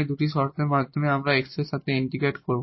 এই দুটি শর্তের সাথে আমরা এই x এর সাথে এখানে ইন্টিগ্রেট করব